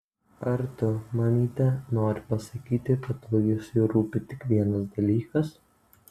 ar tu mamyte nori pasakyti kad luisui rūpi tik vienas dalykas